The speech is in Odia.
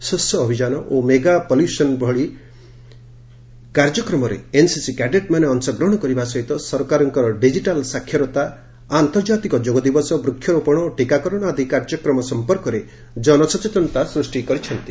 ସ୍ୱଚ୍ଛ ଅଭିଯାନ ଓ ମେଗା ପଲ୍ୟୁସନ୍ ପକ୍ଷ ଭଳି କାର୍ଯ୍ୟକ୍ରମରେ ଏନ୍ସିସି କ୍ୟାଡେଟ୍ମାନେ ଅଂଶଗ୍ରହଣ କରିବା ସହ ସରକାରଙ୍କର ଡିଜିଟାଲ୍ ସାକ୍ଷରତା ଆନ୍ତର୍ଜାତିକ ଯୋଗ ଦିବସ ବୃକ୍ଷରୋପଣ ଓ ଟୀକାକରଣ ଆଦି କାର୍ଯ୍ୟକ୍ରମ ସମ୍ପର୍କରେ ଜନସଚେତନତା ସୃଷ୍ଟି କରିଛନ୍ତି